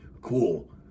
cool